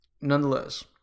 nonetheless